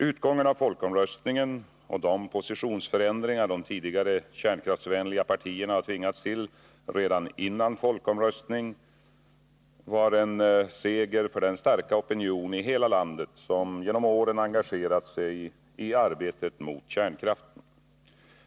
Utgången av folkomröstningen, och de positionsförändringar de tidigare kärnkraftsvänliga partierna hade tvingats till redan innan folkomröstningen, var en seger för den starka opinion i hela landet som genom åren engagerat sig i arbetet mot kärnkraften.